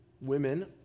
women